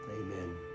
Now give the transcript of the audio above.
Amen